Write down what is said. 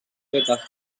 fetes